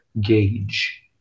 gauge